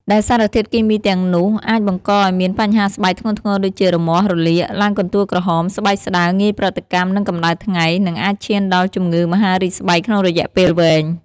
ដែលសារធាតុគីមីទាំងនោះអាចបង្កឱ្យមានបញ្ហាស្បែកធ្ងន់ធ្ងរដូចជា រមាស់ រលាក ឡើងកន្ទួលក្រហម ស្បែកស្តើង ងាយប្រតិកម្មនឹងកម្ដៅថ្ងៃ និងអាចឈានដល់ជំងឺមហារីកស្បែកក្នុងរយៈពេលវែង។